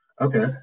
Okay